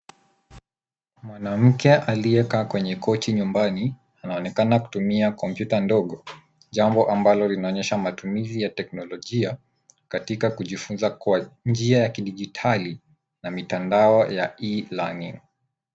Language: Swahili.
Mwanamke aliyekaa kwenye kochi nyumbani, anaonekana kutumia kompyuta ndogo, jambo ambalo linaonyesha matumizi ya teknolojia katika kujifunza kwa njia ya kidijitali, na mitandao ya e-learning .